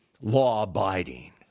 law-abiding